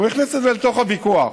והוא הכניס את זה לתוך הוויכוח.